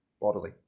bodily